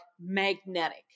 magnetic